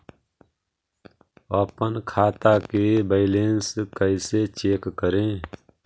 अपन खाता के बैलेंस कैसे चेक करे?